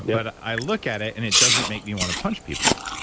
but i look at it and it doesn't make me want to punch people.